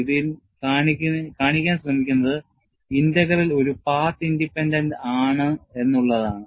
ഇതിൽ കാണിക്കാൻ ശ്രമിക്കുന്നത് ഇന്റഗ്രൽ ഒരു പാത്ത് ഇൻഡിപെൻഡന്റ് ആണ് എന്നുള്ളതാണ്